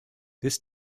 this